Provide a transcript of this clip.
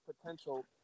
potential